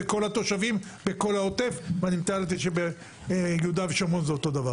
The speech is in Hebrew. זה כל התושבים בכל העוטף ואני מתאר לעצמי שביהודה ושומרון זה אותו דבר.